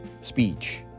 speech